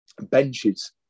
benches